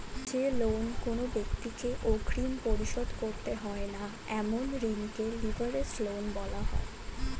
যে লোন কোনো ব্যাক্তিকে অগ্রিম পরিশোধ করতে হয় না এমন ঋণকে লিভারেজড লোন বলা হয়